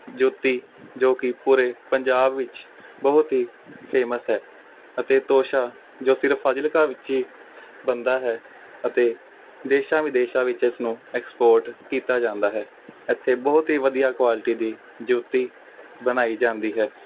ਜੋਤੀ ਜੋ ਕਿ ਪੂਰੇ ਪੰਜਾਬ ਵਿੱਚ ਬਹੁਤ ਹੀ ਫੇਮਸ ਹੈ ਅਤੇ ਤੋਸ਼ਾ ਜੋ ਸਿਰਫ ਫਾਜ਼ਿਲਕਾ ਵਿੱਚ ਹੀ ਬਣਦਾ ਹੈ ਅਤੇ ਦੇਸ਼ਾਂ ਵਿਦੇਸ਼ਾਂ ਵਿੱਚ ਇਸਨੂੰ ਐਕਸਪੋਰਟ ਕੀਤਾ ਜਾਂਦਾ ਹੈ ਇੱਥੇ ਬਹੁਤ ਹੀ ਵਧੀਆ ਕੁਆਲਿਟੀ ਦੀ ਜੋਤੀ ਬਣਾਈ ਜਾਂਦੀ ਹੈ